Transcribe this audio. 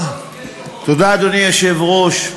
תודה, אדוני היושב-ראש,